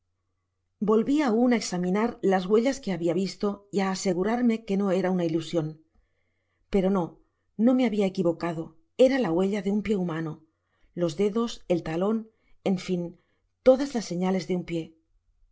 aun áexaunv nar las huellas que habia visto y á asegurarme que no era una ilusion pero no no me habia equivocado era la iiuella de un pio humano los dedos el talon en fin todas las señales de un pié